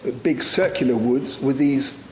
big circular woods, with these